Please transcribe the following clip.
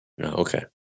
okay